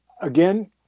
Again